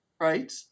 right